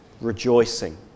rejoicing